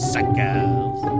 Suckers